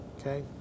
okay